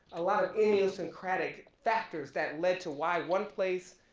a lot of idiosyncratic factors that led to why one place,